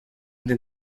undi